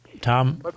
Tom